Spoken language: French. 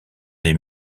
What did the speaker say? des